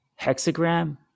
Hexagram